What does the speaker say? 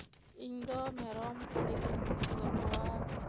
ᱤᱧ ᱫᱚ ᱢᱮᱨᱚᱢ ᱟᱹᱰᱤ ᱜᱤᱧ ᱠᱩᱥᱤᱭᱟᱠᱩᱣᱟ